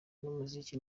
n’umuziki